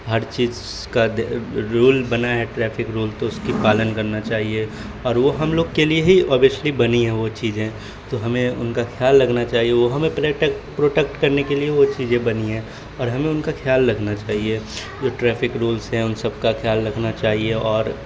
ہر چیز کا رول بنا ہے ٹریفک رول تو اس کی پالن کرنا چاہیے اور وہ ہم لوگ کے لیے ہی آبیسلی بنی ہیں وہ چیجیں تو ہمیں ان کا خیال رکھنا چاہیے وہ ہمیں پروٹیکٹ کرنے کے لیے وہ چیزیں بنی ہیں اور ہمیں ان کا خیال رکھنا چاہیے جو ٹریفک رولس ہیں ان سب کا خیال رکھنا چاہیے اور